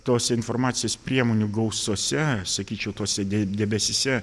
tos informacijos priemonių gausose sakyčiau tuose debesyse